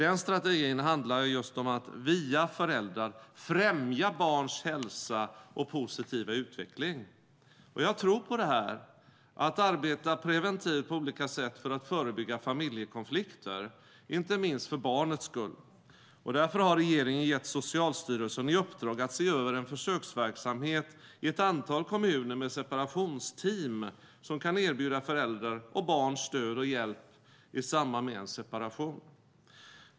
Strategin handlar just om att via föräldrar främja barns hälsa och positiva utveckling. Jag tror på detta, att arbeta preventivt på olika sätt för att förebygga familjekonflikter - inte minst för barnets skull! Därför har regeringen gett Socialstyrelsen i uppdrag att i ett antal kommuner se över en försöksverksamhet med separationsteam som kan erbjuda föräldrar och barn stöd och hjälp i samband med en separation.